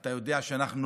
ואתה יודע שאנחנו,